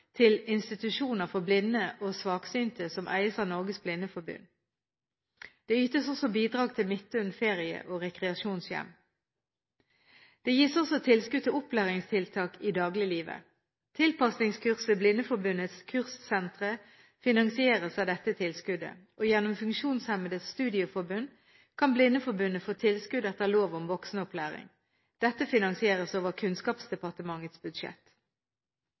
til institusjoner for blinde og svaksynte som eies av Norges Blindeforbund. Det ytes også bidrag til Midttun Ferie- og Rekreasjonshjem. Det gis også tilskudd til opplæringstiltak i dagliglivet. Tilpasningskurs ved Blindeforbundets kurssentre finansieres av dette tilskuddet. Gjennom Funksjonshemmedes Studieforbund kan Blindeforbundet få tilskudd etter lov om voksenopplæring. Dette finansieres over Kunnskapsdepartementets budsjett.